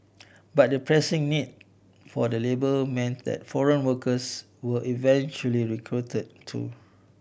but the pressing need for the labour meant that foreign workers were eventually recruited too